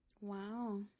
Wow